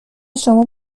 شما